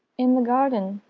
in the garden,